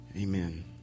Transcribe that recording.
Amen